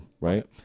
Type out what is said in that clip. right